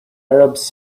arabs